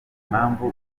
impamvu